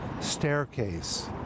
Staircase